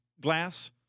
glass